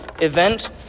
event